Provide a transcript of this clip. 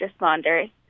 responders